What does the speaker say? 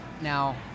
now